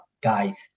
guys